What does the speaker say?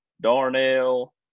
Darnell